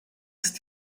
ist